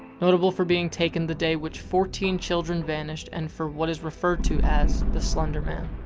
notable for being taken the day which fourteen children vanished and for what is referred to as the slender man.